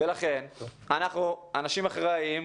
לכן, אנחנו אנשים אחראים.